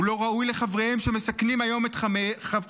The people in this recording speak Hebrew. הוא לא ראוי לחבריהם שמסכנים היום את חייהם,